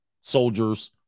soldiers